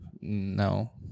No